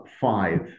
five